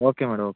okay madam okay